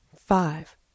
five